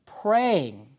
Praying